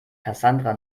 cassandra